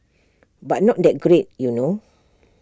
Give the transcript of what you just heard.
but not that great you know